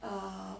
ah